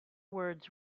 words